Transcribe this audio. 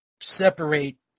separate